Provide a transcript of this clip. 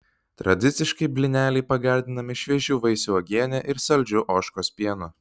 tradiciškai blyneliai pagardinami šviežių vaisių uogiene ir saldžiu ožkos pienu